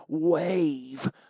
Wave